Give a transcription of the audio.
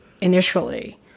initially